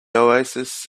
oasis